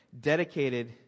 Dedicated